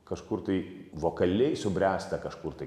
kažkur tai vokaliai subręsta kažkur tai